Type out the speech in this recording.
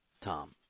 Tom